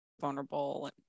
vulnerable